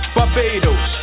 Barbados